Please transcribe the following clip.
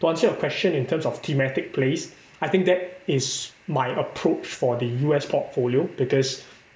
to answer your question in terms of thematic place I think that is my approach for the U_S portfolio because